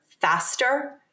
faster